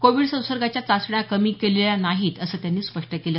Covid संसर्गाच्या चाचण्या कमी केलेल्या नाहीत असं त्यांनी स्पष्ट केलं